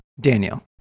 daniel